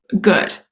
good